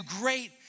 great